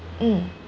mm